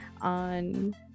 on